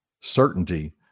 certainty